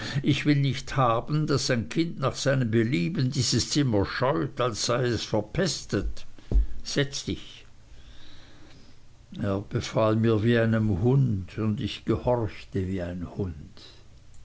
ich will nicht haben daß ein kind nach seinem belieben dieses zimmer scheut als sei es verpestet setz dich er befahl mir wie einem hund und ich gehorchte wie ein hund